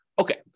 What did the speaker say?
Okay